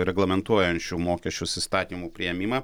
reglamentuojančių mokesčius įstatymų priėmimą